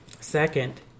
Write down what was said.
Second